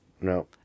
No